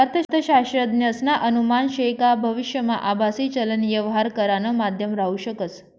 अर्थशास्त्रज्ञसना अनुमान शे का भविष्यमा आभासी चलन यवहार करानं माध्यम राहू शकस